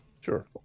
Sure